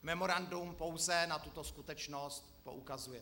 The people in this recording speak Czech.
Memorandum pouze na tuto skutečnost poukazuje.